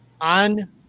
on